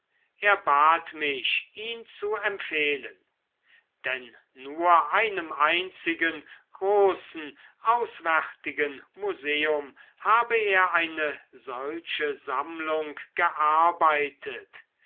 er bat mich ihn zu empfehlen denn nur einem einzigen großen auswärtigen museum habe er eine solche sammlung gearbeitet